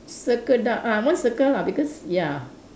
circle dark ah one circle lah because ya